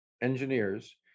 engineers